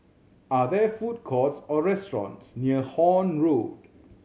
are there food courts or restaurants near Horne Road